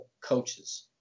coaches